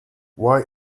why